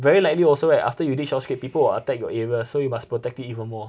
very likely also right after you dig shell scrape people will attack your area so you must be protect it even more